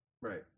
Right